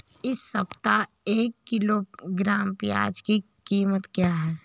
इस सप्ताह एक किलोग्राम प्याज की कीमत क्या है?